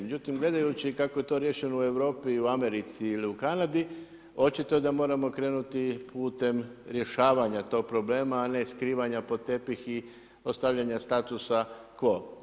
Međutim, gledajući kako je to riješeno u Europi, Americi ili u Kanadi, očito je da moramo krenuti putem rješavanja tog problema, a ne stavljanja pod tepih i ostavljanja statusa quo.